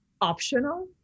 optional